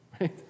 right